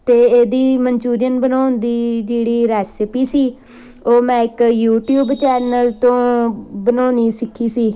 ਅਤੇ ਇਹਦੀ ਮਨਚੂਰੀਅਨ ਬਣਾਉਣ ਦੀ ਜਿਹੜੀ ਰੈਸਪੀ ਸੀ ਉਹ ਮੈਂ ਇੱਕ ਯੂਟਿਊਬ ਚੈਨਲ ਤੋਂ ਬਣਾਉਣੀ ਸਿੱਖੀ ਸੀ